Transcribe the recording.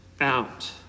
out